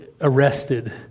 arrested